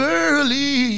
early